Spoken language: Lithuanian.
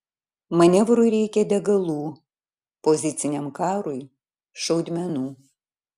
manevrui reikia degalų poziciniam karui šaudmenų